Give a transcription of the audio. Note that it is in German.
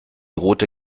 rote